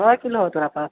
कै किलो हँ तोरा पास